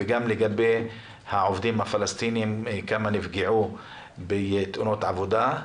וגם לגבי העובדים הפלסטינים כמה נפגעו בתאונות עבודה.